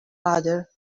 other